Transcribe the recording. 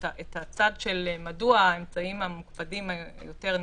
את הצד של מדוע האמצעים המיוחדים האלה יותר נדרשים,